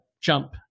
jump